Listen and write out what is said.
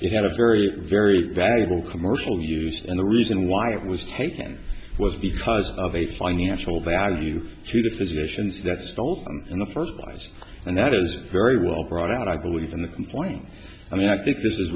a very very valuable commercial use and the reason why it was taken was because of a financial value to the positions that stole in the first place and that is very well brought out i believe in the complaint i mean i think this is